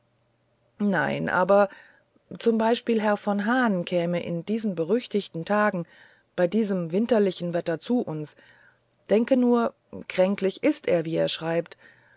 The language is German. nein aber zum beispiel herr von hahn käme in diesen berüchtigten tagen bei diesem winterlichen wetter zu uns denke nur kränklich ist er wie er schreibt